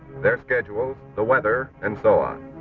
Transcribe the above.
their schedules, the weather, and so on.